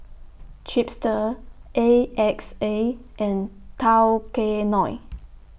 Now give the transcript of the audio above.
Chipster A X A and Tao Kae Noi